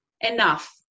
Enough